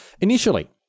Initially